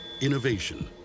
Innovation